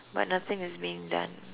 but nothing is being done